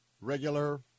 regular